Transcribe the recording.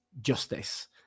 justice